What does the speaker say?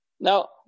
Now